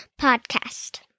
podcast